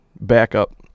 backup